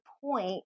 point